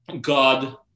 God